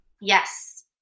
Yes